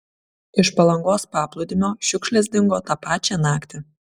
iš palangos paplūdimio šiukšlės dingo tą pačią naktį